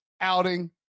outing